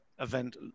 event